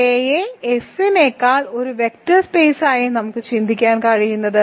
K യെ F നെക്കാൾ ഒരു വെക്റ്റർ സ്പെയ്സായി നമുക്ക് ചിന്തിക്കാൻ കഴിയുന്നത്